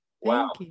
Wow